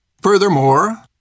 furthermore